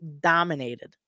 dominated